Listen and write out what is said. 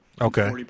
Okay